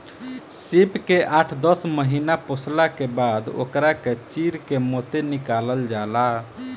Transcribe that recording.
सीप के आठ दस महिना पोसला के बाद ओकरा के चीर के मोती निकालल जाला